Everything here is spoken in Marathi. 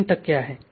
3 टक्के आहे